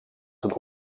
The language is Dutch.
ten